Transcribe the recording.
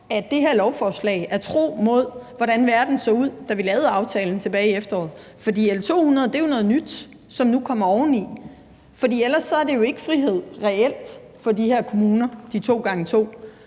at det her lovforslag er tro mod, hvordan verden så ud, da vi lavede aftalen tilbage i efteråret. For L 200 er jo noget nyt, som nu kommer oveni. Ellers er det jo ikke frihed reelt set for de her to gange to